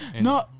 No